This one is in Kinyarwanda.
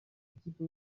ikipe